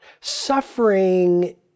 Suffering